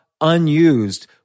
unused